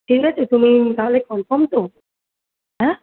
ঠিক আছে তুমি তাহলে কনফার্ম তো হ্যাঁ